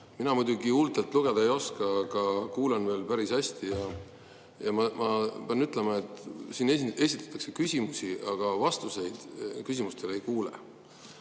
Mina huultelt lugeda muidugi ei oska, aga kuulen veel päris hästi. Ja ma pean ütlema, et siin esitatakse küsimusi, aga vastuseid küsimustele ei kuule.